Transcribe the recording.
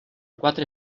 quatre